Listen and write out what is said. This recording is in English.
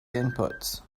inputs